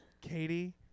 katie